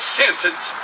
sentence